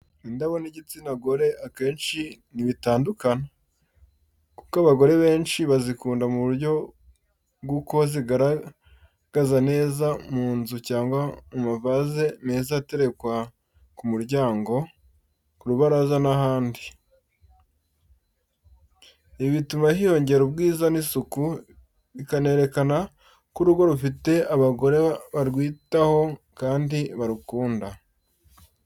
Indabo n’igitsina gore akenshi ntibitandukana, kuko abagore benshi bazikunda mu buryo bw’uko zigaragaza neza mu nzu cyangwa mu mavaze meza aterekwa ku muryango, ku rubaraza n’ahandi. Ibi bituma hiyongera ubwiza n’isuku, bikanerekana ko urugo rufite abagore barwitaho kandi barukunda.